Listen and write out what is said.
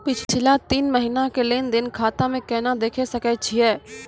पिछला तीन महिना के लेंन देंन खाता मे केना देखे सकय छियै?